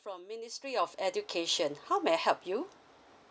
from ministry of education how may I help you